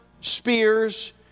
spears